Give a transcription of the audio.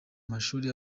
mashuri